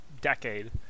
decade